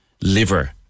liver